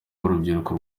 urubyiruko